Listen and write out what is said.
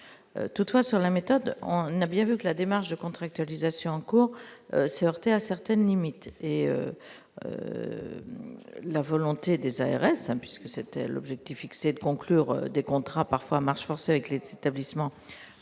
toutefois sur la méthode, on a bien vu que la démarche de contractualisation cours à certaines limites et la volonté des ARS, hein, puisque c'était l'objectif fixé de conclure des contrats parfois marche forcée avec l'aide s'établissement